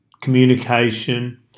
communication